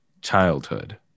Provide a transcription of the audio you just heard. childhood